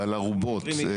ועל ערובות.